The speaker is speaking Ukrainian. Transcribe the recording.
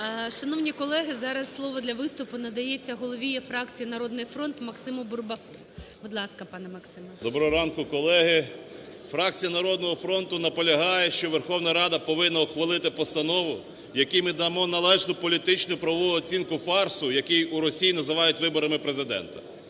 Шановні колеги, зараз слово для виступу надається голові фракції "Народний фронт" Максиму Бурбаку. Будь ласка, пане Максиме. 10:27:00 БУРБАК М.Ю. Доброго ранку, колеги. Фракція "Народного фронту" наполягає, що Верховна Рада повинна ухвалити постанову, в якій ми дамо належну політичну правову оцінку фарсу, який у Росії називають виборами Президента.